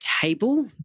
table